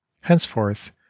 henceforth